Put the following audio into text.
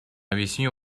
объясню